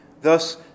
thus